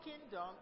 kingdom